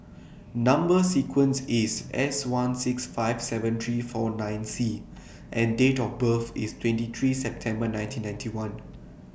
Number sequence IS S one six five seven three four nine C and Date of birth IS twenty three September nineteen ninety one